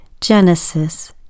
Genesis